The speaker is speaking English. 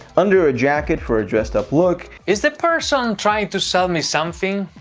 under a jacket for a dressed up look. is the person trying to sell me something?